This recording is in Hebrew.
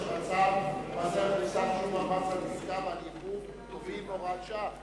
צו מס ערך מוסף (שיעור המס על עסקה ועל יבוא טובין) (הוראת שעה).